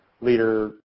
leader